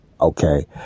okay